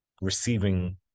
receiving